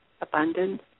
Abundance